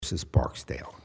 since barksdale